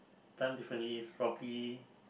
done differently probably